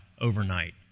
overnight